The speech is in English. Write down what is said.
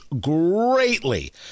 greatly